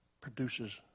produces